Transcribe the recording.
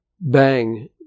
bang